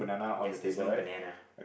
yes there's no banana